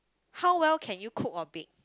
how well can you cook or bake